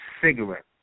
cigarette